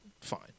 fine